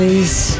Please